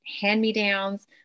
hand-me-downs